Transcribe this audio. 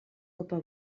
copa